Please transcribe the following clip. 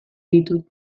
ditu